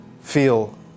feel